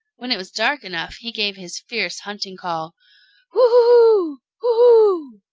when it was dark enough he gave his fierce hunting call whooo-hoo-hoo, whoo-hoo!